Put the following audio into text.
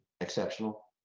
exceptional